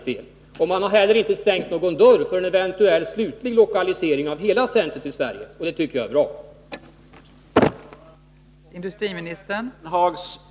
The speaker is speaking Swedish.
Man har inte heller stängt någon dörr för en eventuell slutlig lokalisering av hela centret till Sverige, och det tycker jag också är bra.